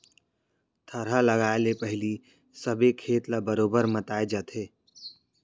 थरहा लगाए ले पहिली सबे खेत ल बरोबर मताए जाथे